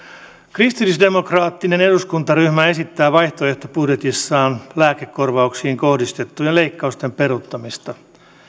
kristillisdemokraattinen eduskuntaryhmä esittää vaihtoehtobudjetissaan lääkekorvauksiin kohdistettujen leikkausten peruuttamista